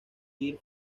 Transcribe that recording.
girl